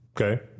Okay